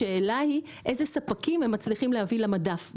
השאלה היא איזה ספקים הם מצליחים להביא למדף.